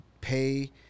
pay